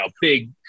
big